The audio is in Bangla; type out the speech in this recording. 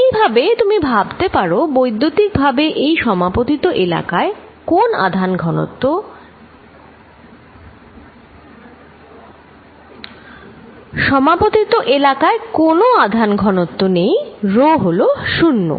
এইভাবে তুমি ভাবতে পারো বৈদ্যুতিক ভাবে এই সমাপতিত এলাকায় কোন আধান ঘনত্ব নেই রো হল শুন্য